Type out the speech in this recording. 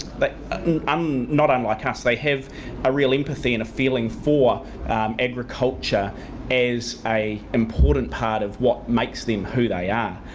but um not unlike us, they have a real empathy and a feeling for agriculture as an important part of what makes them who they are.